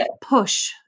push